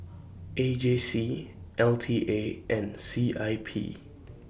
A J C L T A and C I P